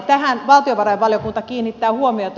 tähän valtiovarainvaliokunta kiinnittää huomiota